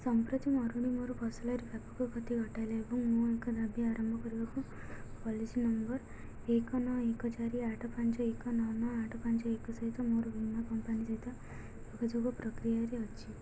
ସମ୍ପ୍ରତି ମରୁଡ଼ି ମୋର ଫସଲରେ ବ୍ୟାପକ କ୍ଷତି ଘଟାଇଲା ଏବଂ ମୁଁ ଏକ ଦାବି ଆରମ୍ଭ କରିବାକୁ ପଲିସି ନମ୍ବର୍ ଏକ ନଅ ଏକ ଚାରି ଆଠ ପାଞ୍ଚ ଏକ ନଅ ନଅ ଆଠ ପାଞ୍ଚ ଏକ ସହିତ ମୋର ବୀମା କମ୍ପାନୀ ସହିତ ଯୋଗାଯୋଗ ପ୍ରକ୍ରିୟାରେ ଅଛି